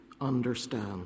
understand